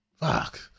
Fuck